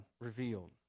revealed